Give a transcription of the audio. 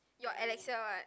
your alexa what